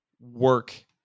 work